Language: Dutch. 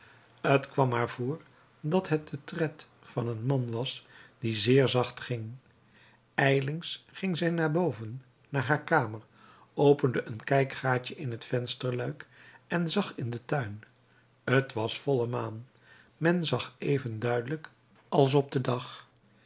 t kwam haar voor dat het de tred van een man was die zeer zacht ging ijlings ging zij naar boven naar haar kamer opende een kijkgaatje in het vensterluik en zag in den tuin t was volle maan men zag even duidelijk als op den dag